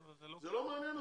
לא, זה לא ככה.